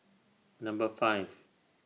Number five